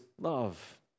love